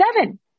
Seven